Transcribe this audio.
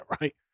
right